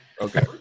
okay